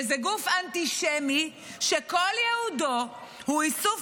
גוף אנטישמי שכל ייעודו הוא איסוף